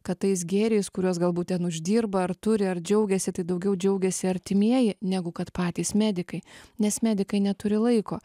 kad tais gėriais kuriuos galbūt ten uždirba ar turi ar džiaugiasi tai daugiau džiaugiasi artimieji negu kad patys medikai nes medikai neturi laiko